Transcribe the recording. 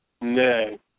No